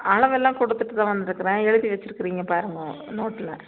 அளவெல்லாம் கொடுத்துட்டு தான் வந்திருக்குறேன் எழுதி வைச்சிருக்குறீங்க பாருங்கள் நோட்டில்